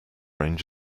range